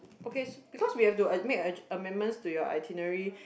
okay s because we have to adju~ make amendments to your itinerary